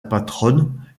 patronne